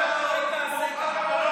לא ראיתי אותך מגנה אותה.